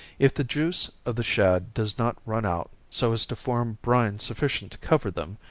if the juice of the shad does not run out so as to form brine sufficient to cover them,